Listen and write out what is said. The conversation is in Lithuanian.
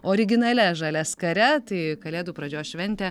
originalia žaliaskare tai kalėdų pradžios šventę